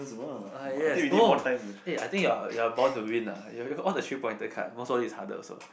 yes oh eh I think you're you're born to win lah you have all the three pointers card most of it is harder also